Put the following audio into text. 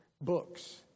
books